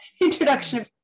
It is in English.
introduction